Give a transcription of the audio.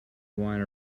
wine